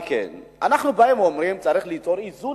אנחנו באים ואומרים שצריך ליצור איזון,